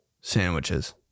sandwiches